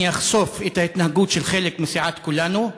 אני אחשוף את ההתנהגות של חלק מסיעת כולנו.